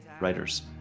writers